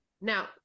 now